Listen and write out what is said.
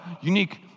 unique